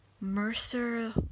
Mercer